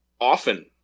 often